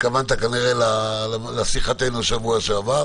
התכוונת כנראה לשיחתנו בשבוע שעבר.